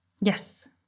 Yes